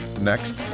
next